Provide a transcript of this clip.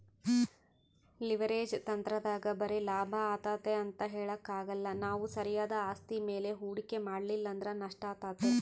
leverage ತಂತ್ರದಾಗ ಬರೆ ಲಾಭ ಆತತೆ ಅಂತ ಹೇಳಕಾಕ್ಕಲ್ಲ ನಾವು ಸರಿಯಾದ ಆಸ್ತಿ ಮೇಲೆ ಹೂಡಿಕೆ ಮಾಡಲಿಲ್ಲಂದ್ರ ನಷ್ಟಾತತೆ